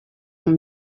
from